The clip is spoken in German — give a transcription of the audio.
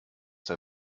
der